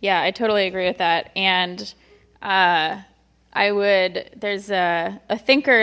yeah i totally agree with that and i would there's a thinker